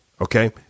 Okay